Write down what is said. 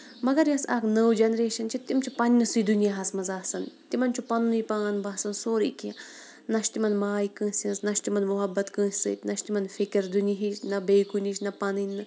مَگر یۄس اکھ نٔو جینریشن چھِ تِم چھِ پَنِسٕے دُنیاہس منٛز آسان تِمن چھُ پَننُے پان باسان سورُے کیٚنٛہہ نہ چھُ تِمن ماے کٲنسہِ ہٕنز نہ چھُ تِمن مُحبت کٲنسہِ سۭتۍ نہ چھُ تِمن فِکِر دُنیٖہٕچ نہ بیٚیہِ کُنِچ نہ پَنٕنۍ